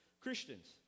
Christians